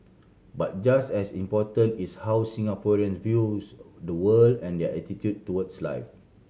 but just as important is how Singaporean views the world and their attitude towards life